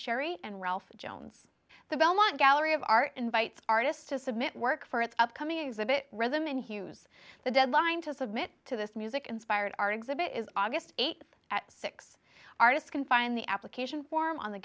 sherry and ralph jones the belmont gallery of art invites artists to submit work for its upcoming exhibit rhythm and hues the deadline to submit to this music inspired art exhibit is august eighth at six artists can find the application form on the